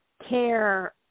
care